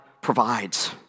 provides